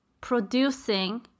producing